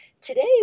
Today